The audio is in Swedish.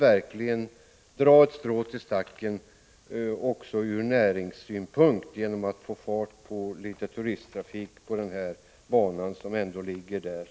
Den drar sitt strå till stacken också från näringslivssynpunkt genom att den får fart på turisttrafiken på den här banan, som ändå ligger där.